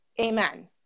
amen